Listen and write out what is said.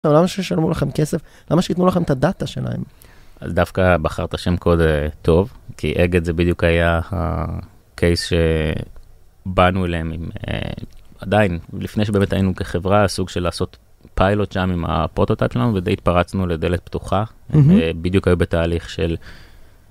אבל למה ששלמו לכם כסף, למה שיתנו לכם את הדאטה שלהם? אז דווקא בחרת שם קוד טוב, כי אגד זה בדיוק היה הקייס שבאנו אליהם עם... עדיין, לפני שבאמת היינו כחברה, הסוג של לעשות פיילוט שם עם הפרוטוטייפ שלנו, ודי התפרצנו לדלת פתוחה, בדיוק היה בתהליך של...